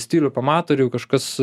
stilių pamato ir jau kažkas